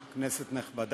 חברת הכנסת עליזה